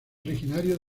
originario